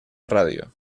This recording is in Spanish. radio